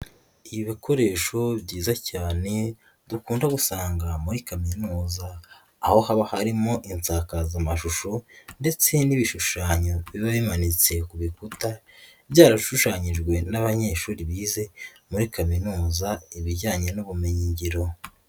Ibikoresho byiza cyane dukunda gusanga muri kaminuza, aho haba harimo insakazamashusho ndetse n'ibishushanyo biba bimanitse ku bikuta, byarashushanyijwe n'abanyeshuri bize muri kaminuza ibijyanye n'ubumenyingiro.